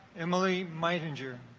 emily might injure